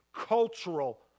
cultural